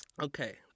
Okay